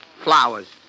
Flowers